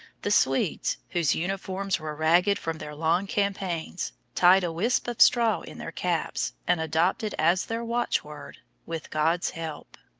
the swedes, whose uniforms were ragged from their long campaigns, tied a wisp of straw in their caps and adopted as their watchword with god's help.